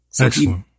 Excellent